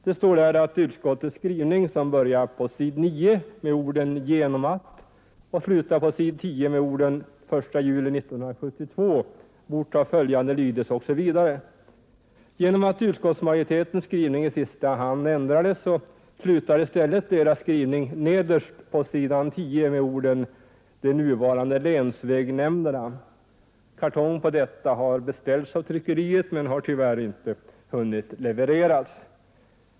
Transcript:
Det står där att ”det avsnitt av utskottets yttrande som börjar på s. 9 med orden ”Genom att” och slutar på s. 10 med orden ”1 juli 1972” bort ha följande lydelse:” osv. Genom att utskottsmajoritetens skrivning ändrades i sista stund flyttades majoritetens skrivning i stället till nederst på s. 10 och slutar där med orden ”de nuvarande länsvägnämnderna”. Kartong på denna ändring har beställts av tryckeriet men har tyvärr inte hunnit levereras.